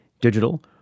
digital